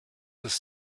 ist